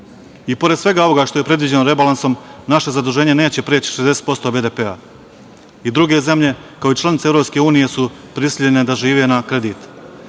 svega ovoga što je predviđeno rebalansom, naše zaduženje neće preći 60% BDP-a. I druge zemlje, kao i članice EU, su prisiljene da žive na kredit.